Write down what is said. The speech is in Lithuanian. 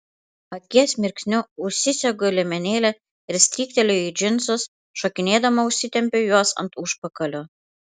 akies mirksniu užsisegu liemenėlę ir strykteliu į džinsus šokinėdama užsitempiu juos ant užpakalio